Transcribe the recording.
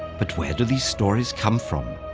but where do these stories come from,